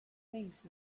wings